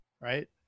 Right